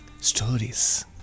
stories